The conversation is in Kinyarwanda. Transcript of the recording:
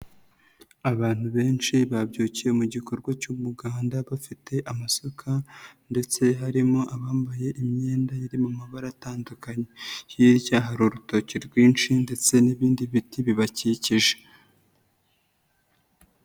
Abantu benshi babyukiye mu gikorwa cy'umuganda bafite amasuka ndetse harimo abambaye imyenda iri mu amabara atandukanye. Hirya hari urutoki rwinshi ndetse n'ibindi biti bibakikije.